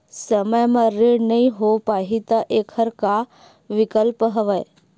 समय म ऋण नइ हो पाहि त एखर का विकल्प हवय?